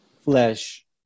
flesh